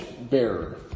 bearer